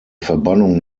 verbannung